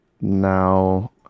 now